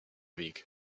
weg